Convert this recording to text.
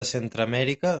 centreamèrica